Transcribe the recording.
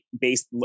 based